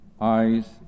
eyes